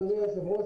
אדוני היושב-ראש,